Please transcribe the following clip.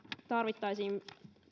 tarvitsisimme